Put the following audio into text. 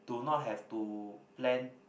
do not have to plan